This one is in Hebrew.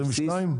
22'?